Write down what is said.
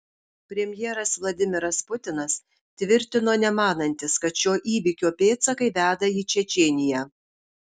premjeras vladimiras putinas tvirtino nemanantis kad šio įvykio pėdsakai veda į čečėniją